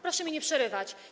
Proszę mi nie przerywać.